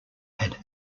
had